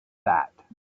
that